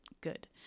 Good